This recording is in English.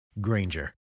Granger